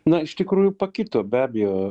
na iš tikrųjų pakito be abejo